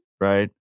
right